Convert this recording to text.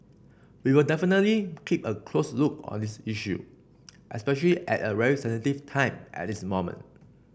we will definitely keep a close look on this issue especially at a very sensitive time at this moment